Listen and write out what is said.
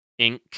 Inc